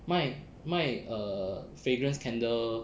卖卖 err fragrance candle